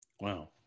Wow